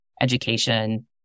education